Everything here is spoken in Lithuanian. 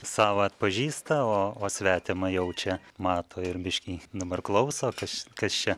savą atpažįsta o o svetimą jaučia mato ir biškį dabar klauso kas kas čia